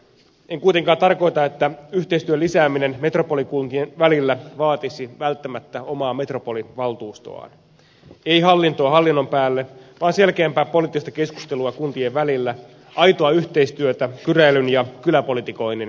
en kuitenkaan tarkoita että yhteistyön lisääminen metropolikuntien välillä vaatisi välttämättä omaa metropolivaltuustoaan ei hallintoa hallinnon päälle vaan selkeämpää poliittista keskustelua kuntien välillä aitoa yhteistyötä kyräilyn ja kyläpolitikoinnin sijaan